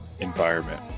environment